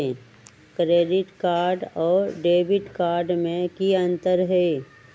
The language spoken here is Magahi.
क्रेडिट कार्ड और डेबिट कार्ड में की अंतर हई?